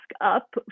up